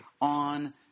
on